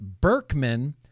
Berkman